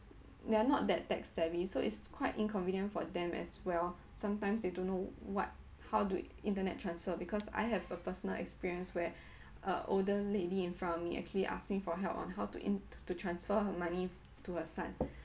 they are not that tech savvy so it's quite inconvenient for them as well sometimes they don't know what how to internet transfer because I have a personal experience where a older lady in front of me actually asked me for help on how to in~ to transfer her money to her son